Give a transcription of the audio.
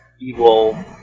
evil